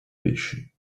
pesci